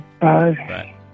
Bye